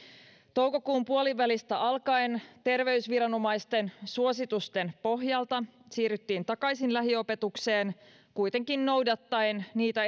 toukokuun puolivälistä alkaen terveysviranomaisten suositusten pohjalta siirryttiin takaisin lähiopetukseen kuitenkin noudattaen niitä